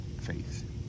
Faith